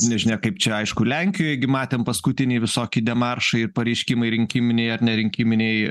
nežinia kaip čia aišku lenkijoj gi matėm paskutiniai visokie demaršai pareiškimai rinkiminiai ar nerinkiminiai